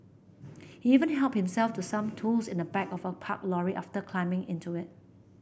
he even helped himself to some tools in the back of a parked lorry after climbing into it